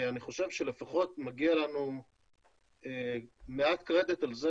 אני חושב שלפחות מגיע לנו מעט קרדיט על זה